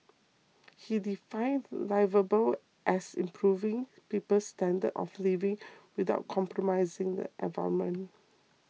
he defined liveable as improving people's standards of living without compromising the environment